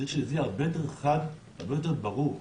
זה צריך להיות הרבה יותר חד והרבה יותר ברור.